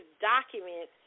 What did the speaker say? documents